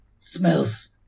smells